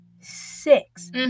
six